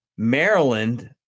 Maryland